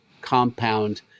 compound